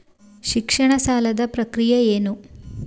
ಶಿಕ್ಷಣ ಸಾಲದ ಪ್ರಕ್ರಿಯೆ ಏನು?